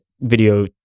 video